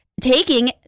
Taking